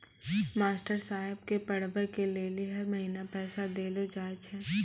master साहेब के पढ़बै के लेली हर महीना पैसा देलो जाय छै